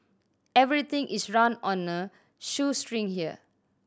everything is run on a shoestring here